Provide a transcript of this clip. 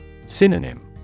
Synonym